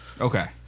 okay